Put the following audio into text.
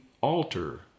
alter